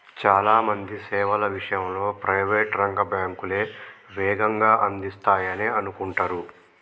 చాలా మంది సేవల విషయంలో ప్రైవేట్ రంగ బ్యాంకులే వేగంగా అందిస్తాయనే అనుకుంటరు